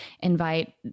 invite